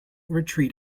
retreat